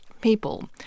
people